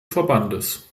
verbandes